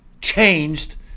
changed